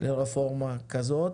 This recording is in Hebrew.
לרפורמה כזאת.